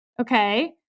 okay